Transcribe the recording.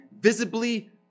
visibly